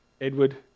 Edward